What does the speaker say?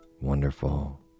wonderful